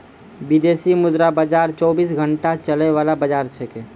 विदेशी मुद्रा बाजार चौबीस घंटा चलय वाला बाजार छेकै